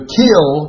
kill